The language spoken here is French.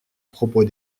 propos